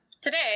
today